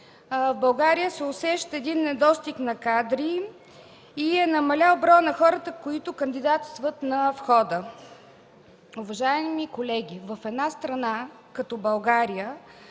в България се усеща един недостиг на кадри и е намалял броят на хората, които кандидатстват на входа. Уважаеми колеги, в една страна като България